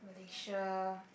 Malaysia